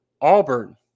Auburn